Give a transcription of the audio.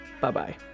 bye-bye